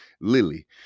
lily